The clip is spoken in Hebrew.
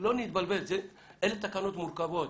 לא להתבלבל, אלה תקנות מורכבות.